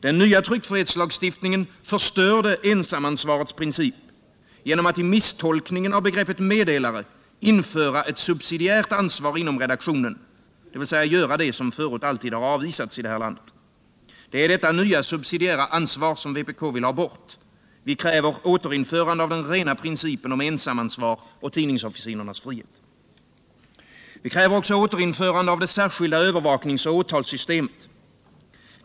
Den nya tryckfrihetslagstiftningen förstörde ensamansvarets princip genom att i misstolkningen av begreppet meddelare införa ett subsidiärt ansvar inom redaktionen — dvs. göra det som förut alltid avvisats här i landet. Det är detta nya subsidiära ansvar som vpk vill ha bort. Vi kräver återinförande av den rena principen om ensamansvar och tidningsofficinernas frihet. Vi kräver också återinförande av det särskilda övervakningsoch åtalssystemet.